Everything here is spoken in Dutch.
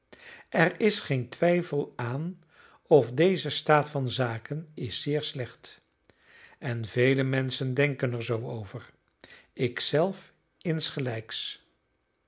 er is geen twijfel aan of deze staat van zaken is zeer slecht en vele menschen denken er zoo over ik zelf insgelijks